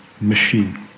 machine